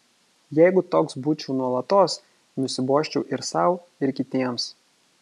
jeigu toks būčiau nuolatos nusibosčiau ir sau ir kitiems